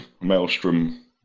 Maelstrom